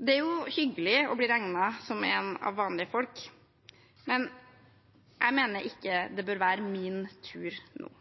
Det er hyggelig å bli regnet som en av vanlige folk, men jeg mener ikke det bør være min tur nå.